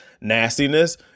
nastiness